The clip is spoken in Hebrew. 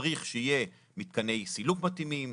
צריך שיהיו מתקני סילוק מתאימים,